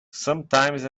sometimes